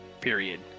period